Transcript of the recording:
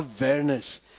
awareness